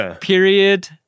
period